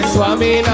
Swami